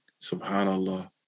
subhanAllah